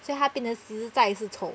所以她变成实在是丑